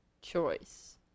choice